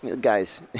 guys